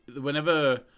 whenever